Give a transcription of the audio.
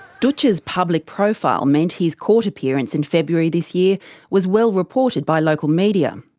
dootch's public profile meant his court appearance in february this year was well reported by local media.